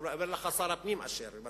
הוא אומר לך ששר הפנים אשם,